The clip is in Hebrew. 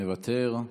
מוותר.